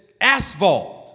asphalt